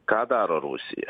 ką daro rusija